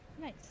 nice